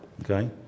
Okay